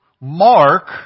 Mark